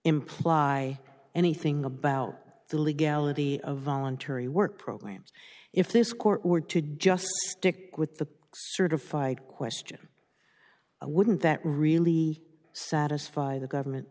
imply anything about the legality of voluntary work programs if this court were to do just stick with the certified question i wouldn't that really satisfy the government